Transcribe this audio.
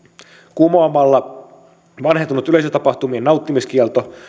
kumoamalla vanhentunut yleisötapahtumien nauttimiskielto